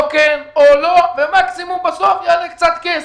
או כן או לא, ומקסימום בסוף יעלה קצת כסף.